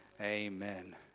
Amen